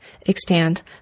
extend